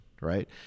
right